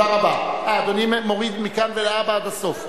אדוני מוריד מכאן ולהבא עד הסוף?